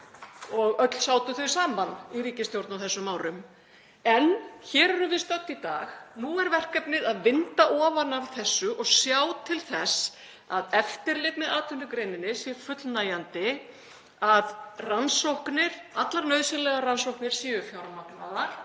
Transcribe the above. og öll sátu þau saman í ríkisstjórn á þessum árum. En hér erum við stödd í dag. Nú er verkefnið að vinda ofan af þessu og sjá til þess að eftirlit með atvinnugreininni sé fullnægjandi, að allar nauðsynlegar rannsóknir séu fjármagnaðar